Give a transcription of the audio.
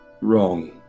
wrong